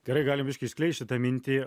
gerai galim biškį išskleist šitą mintį